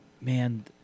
man